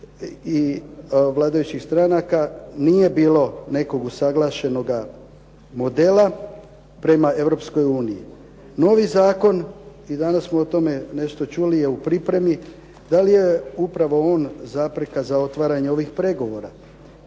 vladajućih stranaka i nije bilo nekog usuglašenoga modela prema Europskoj uniji. Novi zakon, i danas smo o tome nešto čuli, je u pripremi. Da li je upravo on zapreka za otvaranje ovih pregovora